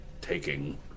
taking